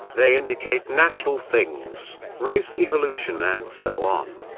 they indicate national things, race evolution and so on.